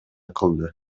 кылды